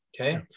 okay